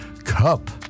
cup